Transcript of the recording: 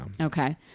Okay